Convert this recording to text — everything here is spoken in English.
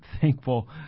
thankful